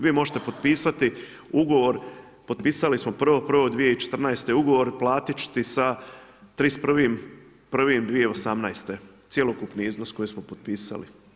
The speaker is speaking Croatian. Vi možete potpisati ugovor, potpisali smo 1.1.2014. ugovor, platit ću ti sa 31.1.2018. cjelokupni iznos koji smo potpisali.